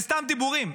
אלה סתם דיבורים.